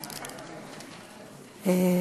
תודה.